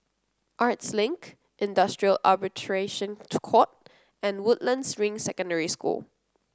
Arts Link Industrial Arbitration Court and Woodlands Ring Secondary School